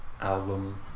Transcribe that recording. album